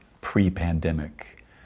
pre-pandemic